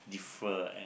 fur and